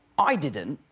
i didn't.